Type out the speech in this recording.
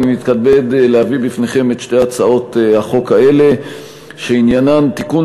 אני מתכבד להביא בפניכם את שתי הצעות החוק האלה שעניינן תיקון